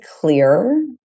clear